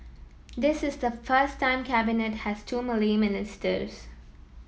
this is the first time Cabinet has two Malay ministers